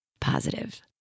positive